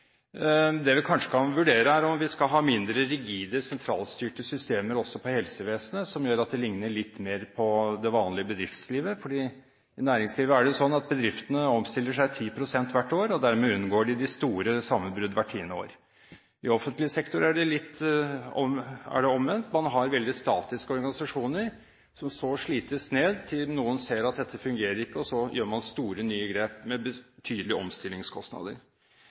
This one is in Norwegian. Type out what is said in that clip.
Det vi kanskje kan vurdere her, er om vi skal ha mindre rigide sentralstyrte systemer også innenfor helsevesenet, som gjør at det likner litt mer på det vanlige bedriftslivet. I næringslivet er det sånn at bedriftene omstiller seg 10 pst. hvert år, og dermed unngår de de store sammenbruddene hvert tiende år. I offentlig sektor er det omvendt. Man har veldig statiske organisasjoner som så slites ned, til noen ser at dette fungerer ikke, og så gjør man store, nye grep med betydelige omstillingskostnader.